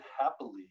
happily